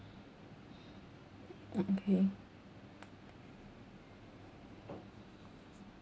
okay